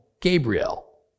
Gabriel